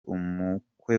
umukwe